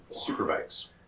superbikes